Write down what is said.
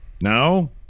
No